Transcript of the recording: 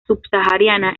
subsahariana